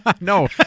No